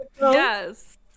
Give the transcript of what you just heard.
Yes